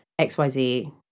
XYZ